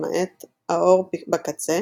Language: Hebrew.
למעט "האור בקצה",